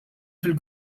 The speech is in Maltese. fil